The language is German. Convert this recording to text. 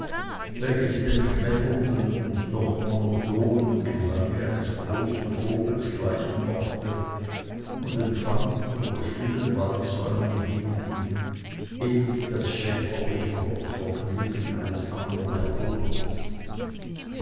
welches dem schmetternden und doch monotonen gesange eines großen vogels gleichen mochte und empfand unter stillen waldsäumen liegend innig das schäferliche vergnügen eines andern jahrhunderts